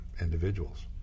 individuals